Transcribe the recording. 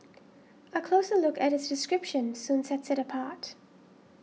a closer look at its description soon sets it apart